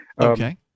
Okay